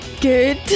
Good